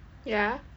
ya